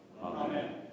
Amen